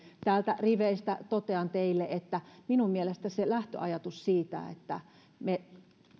täältä sosiaalidemokraattien riveistä totean teille että minun mielestäni on hyvä se lähtöajatus siitä että kun me